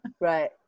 Right